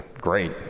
great